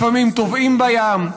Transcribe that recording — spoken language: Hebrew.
לפעמים טובעים בים.